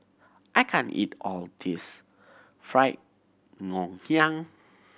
I can't eat all of this fried Ngoh Hiang